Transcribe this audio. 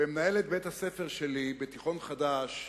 במנהלת בית-הספר שלי ב"תיכון חדש",